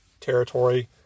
territory